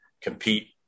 compete